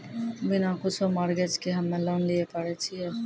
बिना कुछो मॉर्गेज के हम्मय लोन लिये पारे छियै?